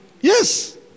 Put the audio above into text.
Yes